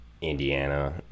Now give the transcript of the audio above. Indiana